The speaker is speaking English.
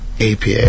APA